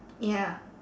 ya